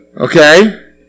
Okay